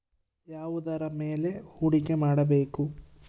ಯಾವುದರ ಮೇಲೆ ಹೂಡಿಕೆ ಮಾಡಬೇಕು?